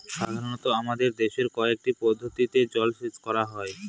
সাধারনত আমাদের দেশে কয়টি পদ্ধতিতে জলসেচ করা হয়?